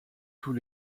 tous